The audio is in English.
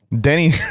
Denny